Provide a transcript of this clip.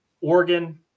Oregon